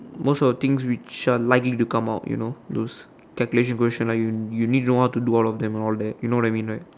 most of the things which are likely to come out you know those calculation question like you you need to know how to do all of them all that you know what I mean right